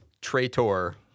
traitor